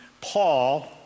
Paul